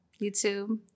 youtube